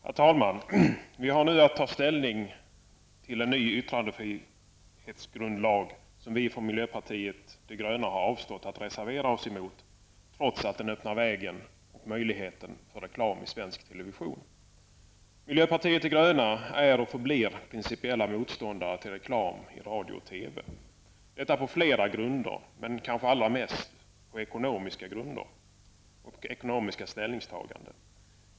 Herr talman! Vi har nu att ta ställning till en ny yttrandefrihetsgrundlag, som vi från miljöpartiet de gröna har avstått från att reservera oss emot, trots att den öppnar möjligheten för reklam i svensk television. Miljöpartiet de gröna är och förblir, baserat på flera grunder, principiella motståndare till reklam i radio och TV. Tyngst väger kanske det ekonomiska skälet och de ekonomiska ställningstagandena.